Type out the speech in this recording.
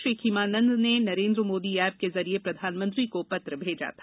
श्री खीमानंद ने नरेन्द्र मोदी ऐप के जरिये प्रधानमंत्री को पत्र भेजा था